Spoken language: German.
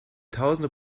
tausende